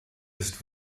ist